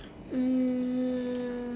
um